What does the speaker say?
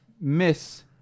Miss